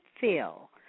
feel